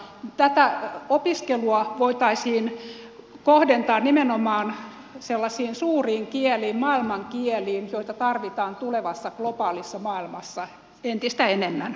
tätä opiskelua voitaisiin kohdentaa nimenomaan sellaisiin suuriin kieliin maailmankieliin joita tarvitaan tulevassa globaalissa maailmassa entistä enemmän